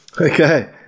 Okay